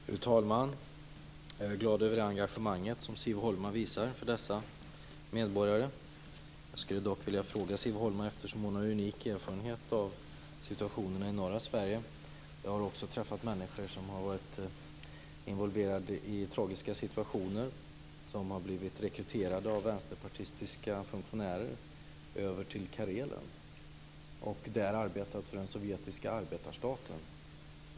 Fru talman! Jag är glad över det engagemang som Siv Holma visar dessa medborgare. Jag skulle dock vilja ställa en fråga till Siv Holma eftersom hon har unik erfarenhet av situationen i norra Sverige. Jag har också träffat människor som har varit involverade i tragiska situationer, som har blivit rekryterade av vänsterpartistiska funktionärer över till Karelen och där arbetat för den sovjetiska arbetarstaten.